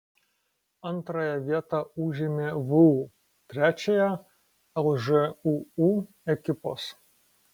antrąją vietą užėmė vu trečiąją lžūu ekipos